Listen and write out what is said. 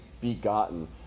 begotten